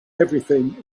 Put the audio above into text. everything